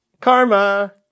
karma